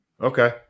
Okay